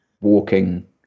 walking